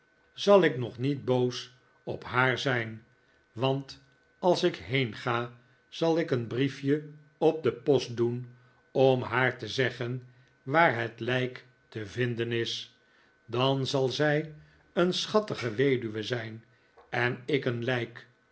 zal ik nog niet boos op haar zijn want als ik er heenga zal ik een briefje op de post doen om haar te zeggen waar het lijk te vinden is dan zal zij een schattige weduwe zijn en ik een lijk